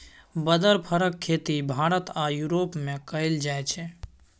बदर फरक खेती भारत आ युरोप मे कएल जाइ छै